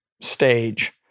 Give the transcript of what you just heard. Stage